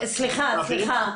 סליחה, סליחה.